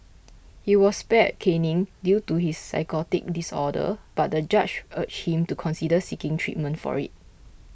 he was spared caning due to his psychotic disorder but the judge urged him to consider seeking treatment for it